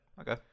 Okay